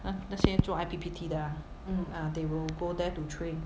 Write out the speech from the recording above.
那那些做 I_P_P_T 的 ah ah they will go there to train